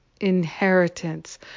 inheritance